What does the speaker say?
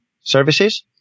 services